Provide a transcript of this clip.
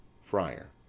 Friar